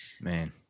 man